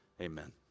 amen